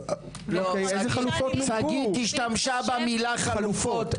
שגית השתמשה במילה חלופות.